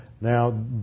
Now